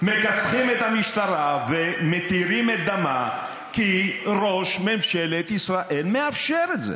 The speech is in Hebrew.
מכסחים את המשטרה ומתירים את דמה כי ראש ממשלת ישראל מאפשר את זה.